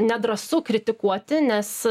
nedrąsu kritikuoti nes